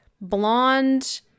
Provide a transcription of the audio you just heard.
blonde